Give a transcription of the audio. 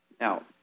Now